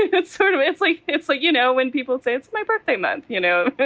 it's sort of it's like it's like, you know, when people say it's my birthday month, you know, but